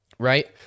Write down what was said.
Right